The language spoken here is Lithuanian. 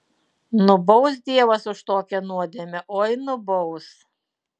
nubaus dievas už tokią nuodėmę oi nubaus